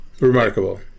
Remarkable